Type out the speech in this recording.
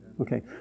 Okay